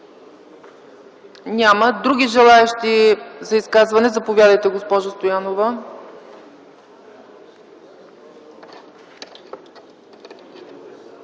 Няма. Други желаещи за изказвания? Заповядайте, госпожо Стоянова.